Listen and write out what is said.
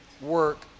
work